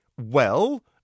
Well